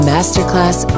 Masterclass